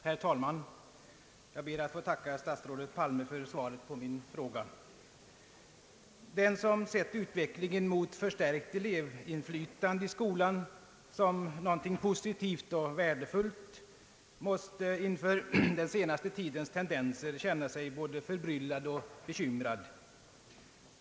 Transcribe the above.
Herr talman! Jag ber att få tacka statsrådet Palme för svaret på min fråga. Den som sett utvecklingen mot förstärkt elevinflytande i skolan som nå got positivt och värdefullt måste inför den senaste tidens tendenser känna sig både förbryllad och bekymrad.